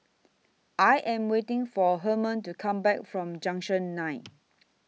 I Am waiting For Hermon to Come Back from Junction nine